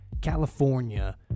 California